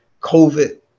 COVID